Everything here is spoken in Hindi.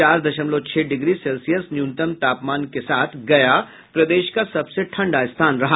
चार दशमलव छह डिग्री सेल्सियस न्यूनतम तापमान के साथ गया प्रदेश का सबसे ठंडा स्थान रहा